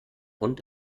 und